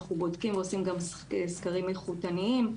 אנחנו בודקים ועושים גם סקרים איכותניים.